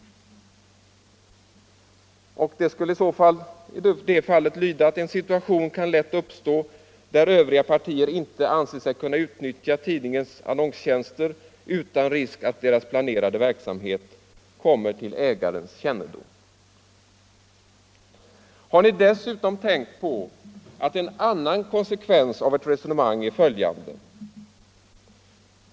Formuleringen skulle i det fallet bli: En situation kan lätt uppstå där övriga partier inte anser sig kunna utnyttja tidningens annonstjänster utan risk för att deras planerade verksamhet kommer till ägarens kännedom. Har ni dessutom tänkt på att en annan konsekvens av ert resonemang parti att inneha ägarintressen i direktreklamföretag är följande.